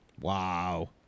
Wow